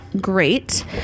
great